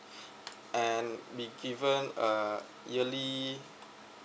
and be given a yearly